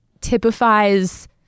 typifies